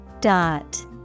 Dot